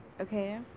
Okay